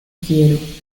quiero